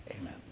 Amen